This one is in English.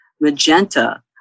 Magenta